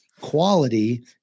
quality